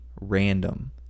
random